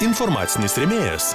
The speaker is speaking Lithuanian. informacinis rėmėjas